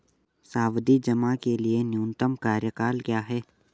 सावधि जमा के लिए न्यूनतम कार्यकाल क्या है?